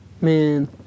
Man